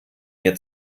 mir